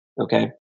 okay